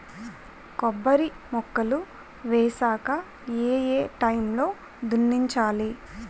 కొబ్బరి మొక్కలు వేసాక ఏ ఏ టైమ్ లో దున్నించాలి?